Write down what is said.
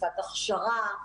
תקופת הכשרה,